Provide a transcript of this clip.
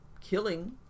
killing